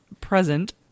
present